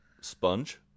sponge